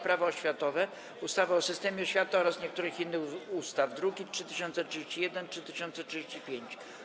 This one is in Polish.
Prawo oświatowe, ustawy o systemie oświaty oraz niektórych innych ustaw (druki nr 3031 i 3035)